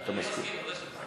אני מסכים, ודאי שאני מסכים.